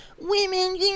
women